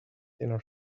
thinner